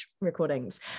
recordings